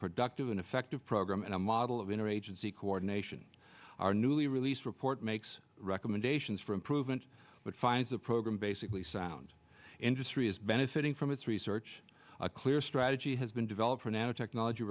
productive and effective program and a model of inner agency coordination our newly released report makes recommendations for improvement but finds a program basically sound industry is benefiting from its research a clear strategy has been developed for nanotechnology